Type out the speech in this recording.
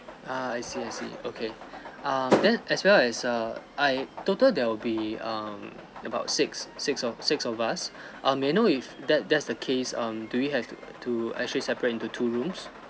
ah I see I see okay um then as well as err I total there will be um about six six of six of us uh may know if that that's the case um do we have to to actually separate into two rooms